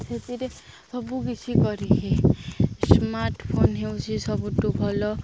ସେଥିରେ ସବୁ କିିଛି କରି ହେ ସ୍ମାର୍ଟଫୋନ୍ ହେଉଛି ସବୁଠୁ ଭଲ